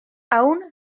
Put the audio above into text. aún